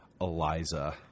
Eliza